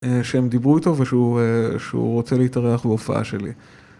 שהם דיברו איתו ושהוא רוצה להתארח בהופעה שלי.